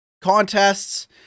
Contests